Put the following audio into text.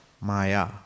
Maya